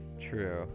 true